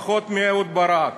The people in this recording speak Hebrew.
פחות מאהוד ברק.